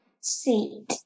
seat